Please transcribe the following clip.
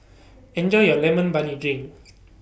Enjoy your Lemon Barley Drink